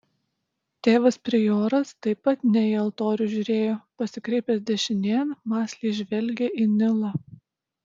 tėvas prioras taip pat ne į altorių žiūrėjo pasikreipęs dešinėn mąsliai žvelgė į nilą